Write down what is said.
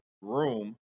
room